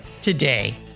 today